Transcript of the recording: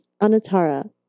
Anatara